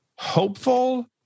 hopeful